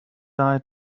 die